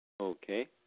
Okay